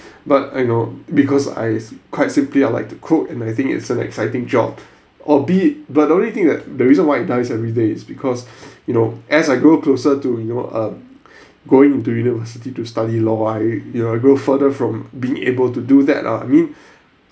but I know because I quite simply I like to cook and I think it's an exciting job or be but the only thing that the reason why it dies every day it's because you know as I grow closer to you know um going into university to study law I you know I grow further from being able to do that lah I mean